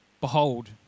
Behold